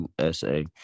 USA